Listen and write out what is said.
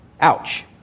Ouch